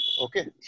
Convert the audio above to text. Okay